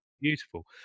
beautiful